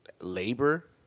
labor